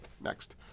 next